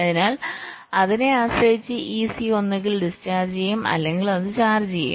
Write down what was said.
അതിനാൽ അതിനെ ആശ്രയിച്ച് ഈ സി ഒന്നുകിൽ ഡിസ്ചാർജ് ചെയ്യും അല്ലെങ്കിൽ അത് ചാർജ് ചെയ്യും